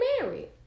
married